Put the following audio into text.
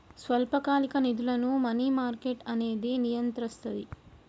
స్వల్పకాలిక నిధులను money market అనేది నియంత్రిస్తది